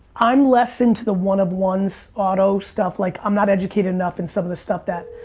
i'm less into the one of ones auto stuff like, i'm not educated enough in some of this stuff that